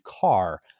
car